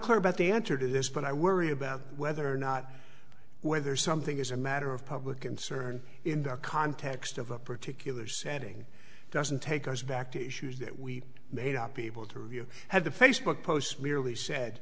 clear about the answer to this but i worry about whether or not whether something is a matter of public concern in the context of a particular setting doesn't take us back to issues that we made up be able to review had the facebook post merely